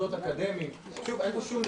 מוסדות אקדמיים -- אבל זאת הסתייגות,